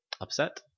upset